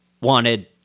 wanted